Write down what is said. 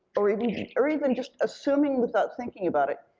or even or even just assuming without thinking about it,